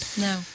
No